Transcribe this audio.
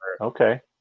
Okay